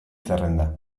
zerrenda